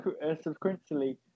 subsequently